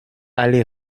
alle